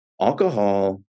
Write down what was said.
alcohol